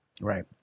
Right